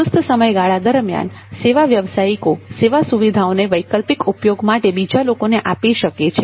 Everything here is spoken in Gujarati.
સુસ્ત સમયગાળા દરમિયાન સેવા વ્યવસાયિકો સેવા સુવિધાઓને વૈકલ્પિક ઉપયોગ માટે બીજા લોકોને આપી શકે છે